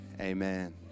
amen